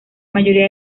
mayoría